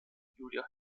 julia